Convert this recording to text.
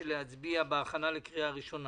הכנה לקריאה ראשונה?